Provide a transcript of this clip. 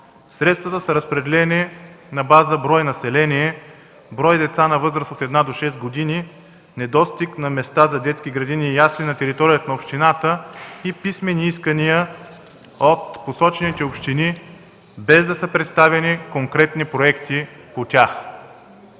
Средствата са разпределени на база брой население, брой деца на възраст от една до шест години, недостиг на места за детски градини и ясли на територията на общината и писмени искания от посочените общини, без да са представени конкретни проекти по тях.